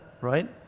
right